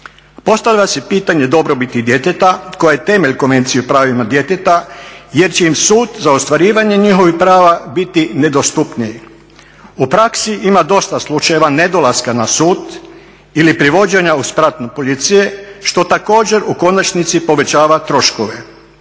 Postavlja se pitanje dobrobiti djeteta koja je temelj Konvencije o pravima djeteta, jer će im sud za ostvarivanje njihovih prava biti nedostupni. U praksi ima dosta slučajeva nedolaska na sud ili privođenja uz pratnju policije što također u konačnici povećava troškove.